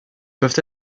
peuvent